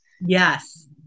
Yes